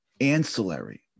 ancillary